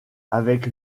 avec